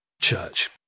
Church